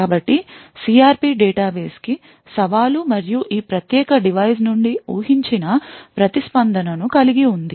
కాబట్టి CRP database కి సవాలు మరియు ఈ ప్రత్యేక డివైస్ నుండి ఊహించిన ప్రతిస్పందన ను కలిగి ఉంది